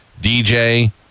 DJ